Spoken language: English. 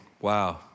wow